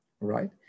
right